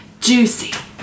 Juicy